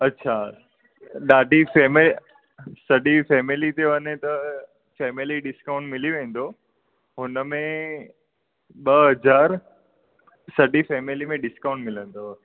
अच्छा ॾाढी फेमे सॼी फेमेली ते वञे त फेमेली डिस्काउंट मिली विंदो हुनमें ॿ हज़ार सॼी फेमेली में डिस्काउंट मिलंदव